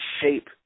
shape